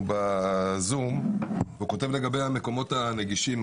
ב-זום והוא כותב לגבי המקומות הנגישים,